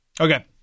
Okay